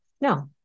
no